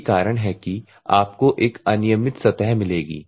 यही कारण है कि आपको एक अनियमित सतह मिलेगी